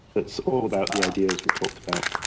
that's all about the ideas we talked about.